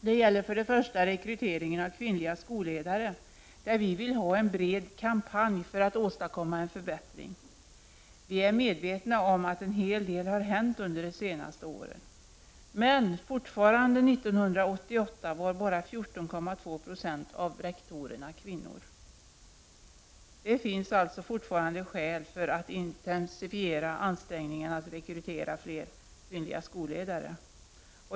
Det gäller först och främst rekryteringen av kvinnliga skolledare. Vi vill där ha en bred kampanj för att åstadkomma en förbättring. Vi är medvetna om att en hel del har hänt under de senaste åren. Men fortfarande var år 1988 bara 14,2 Zo av rektorerna kvinnor. Det finns fortfarande skäl för att intensifiera ansträngningarna att rekrytera fler kvinnliga skolledare.